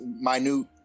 minute